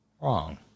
wrong